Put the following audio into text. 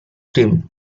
team